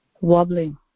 wobbling